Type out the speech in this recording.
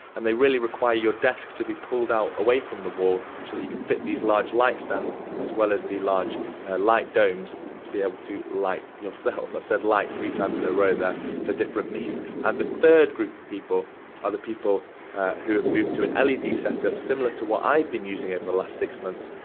and they really require your desk to be pulled out away from the wall so that you can fit these large light stands as well as the large light domes to be able to light yourself. i've said light three times in a row there for different meanings. and the third group of people are the people who have moved to an led setup similar to what i've been using over the last six months.